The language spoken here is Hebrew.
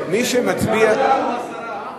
ועדה או הסרה.